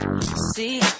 see